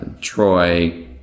Troy